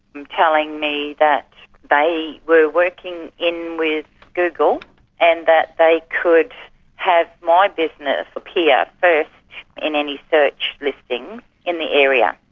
um telling me that they were working in with google and that they could have my business appear first yeah in any search listings in the area,